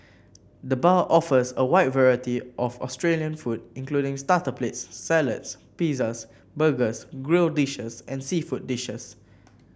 the bar offers a wide variety of Australian food including starter plates salads pizzas burgers grill dishes and seafood dishes